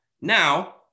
now